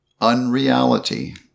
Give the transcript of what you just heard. Unreality